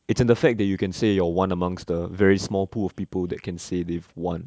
it's in the fact that you can say you are one amongst the very small pool of people that can say they have won